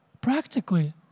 practically